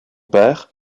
père